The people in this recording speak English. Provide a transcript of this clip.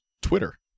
Twitter